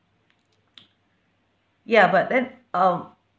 ya but then um